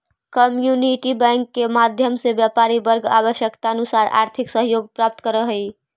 community bank के माध्यम से व्यापारी वर्ग आवश्यकतानुसार आर्थिक सहयोग प्राप्त करऽ हइ